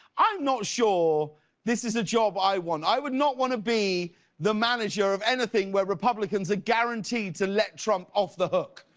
i am not sure this is a job i want. i would not want to be the manager of anything where republicans are guaranteed to let trump off the hook.